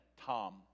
Tom